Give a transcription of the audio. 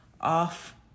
off